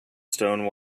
stone